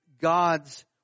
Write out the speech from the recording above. God's